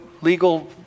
legal